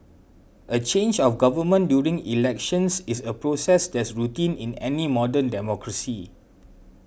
a change of government during elections is a process that's routine in any modern democracy